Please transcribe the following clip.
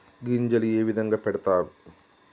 గింజలు ఏ విధంగా పెడతారు?